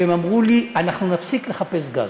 והם אמרו לי: אנחנו נפסיק לחפש גז.